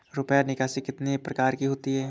रुपया निकासी कितनी प्रकार की होती है?